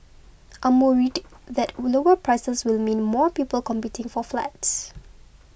I'm worried that lower prices will mean more people competing for flats